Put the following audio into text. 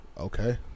Okay